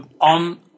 on